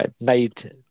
made